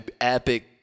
epic